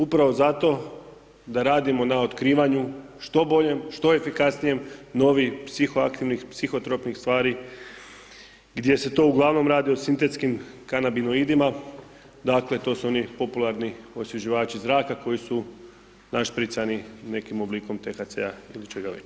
Upravo zato da radimo na otkrivanju što boljem, što efikasnijem, novi psihoaktivnih, psihotropnih stvari gdje se to uglavnom radi o sintetskim kanabinoidima, dakle to su oni popularni osvježivači zraka, koji su našpricani nekim oblikom THC-a ili čega već.